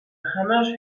همهاش